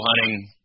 hunting